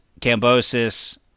Cambosis